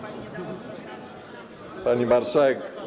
Pani Marszałek!